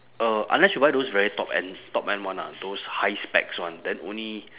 uh unless you buy those very top end top end one lah those high specs one then only